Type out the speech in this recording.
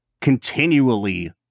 continually